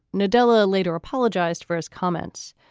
nadella later apologized for his comments,